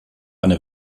eine